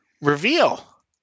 reveal